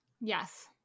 Yes